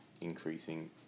increasing